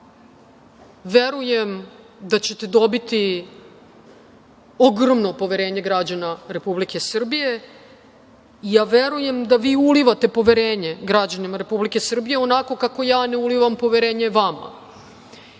radio. Verujem da ćete dobiti ogromno poverenje građana Republike Srbije. Verujem da vi ulivate poverenje građanima Republike Srbije onako kako ja ne ulivam poverenje vama,